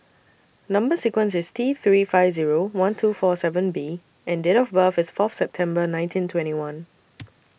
Number sequence IS T three five Zero one two four seven B and Date of birth IS Fourth September nineteen twenty one